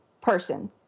person